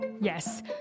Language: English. Yes